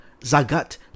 Zagat